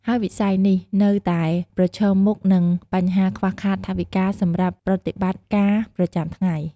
ហើយវិស័យនេះនៅតែប្រឈមមុខនឹងបញ្ហាខ្វះខាតថវិកាសម្រាប់ប្រតិបត្តិការប្រចាំថ្ងៃ។